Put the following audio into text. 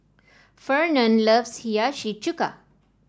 Fernand loves Hiyashi Chuka